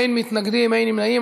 אין מתנגדים, אין נמנעים.